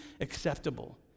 acceptable